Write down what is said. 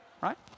right